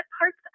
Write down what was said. parts